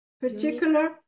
particular